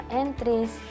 entries